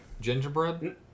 Gingerbread